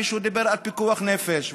מישהו דיבר על פיקוח נפש,